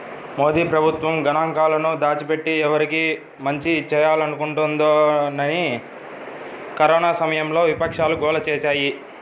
మోదీ ప్రభుత్వం గణాంకాలను దాచిపెట్టి, ఎవరికి మంచి చేయాలనుకుంటోందని కరోనా సమయంలో విపక్షాలు గోల చేశాయి